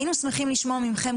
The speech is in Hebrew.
היינו שמחים לשמוע מכם,